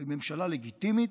אבל היא ממשלה לגיטימית.